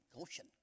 Ocean